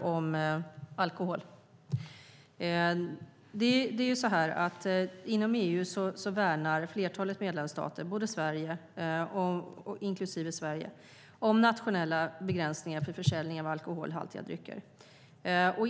om alkohol. Inom EU värnar många medlemsstater inklusive Sverige om nationella begränsningar för försäljning av alkoholhaltiga drycker.